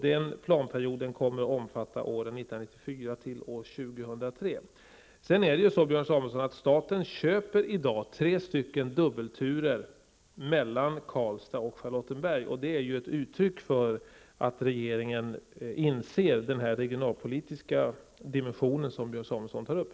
Den planperioden kommer att omfatta åren 1994 till 2003. Det är ett uttryck för att regeringen inser den regionalpolitiska dimension som Björn Samuelson tar upp.